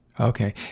Okay